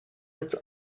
its